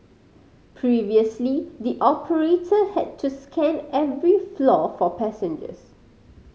previously the operator had to scan every floor for passengers